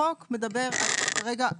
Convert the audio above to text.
החוק מדבר כרגע,